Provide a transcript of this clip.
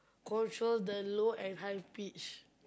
control the low and high pitch